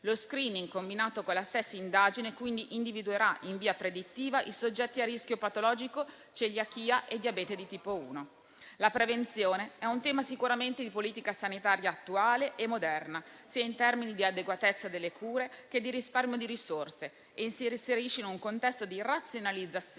Lo *screening*, combinato con la stessa indagine, individuerà in via predittiva i soggetti a rischio patologico di celiachia e diabete di tipo 1. La prevenzione è sicuramente un tema di politica sanitaria attuale e moderna, sia in termini di adeguatezza delle cure che di risparmio di risorse e si inserisce in un contesto di razionalizzazione